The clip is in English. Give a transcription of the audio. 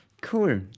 Cool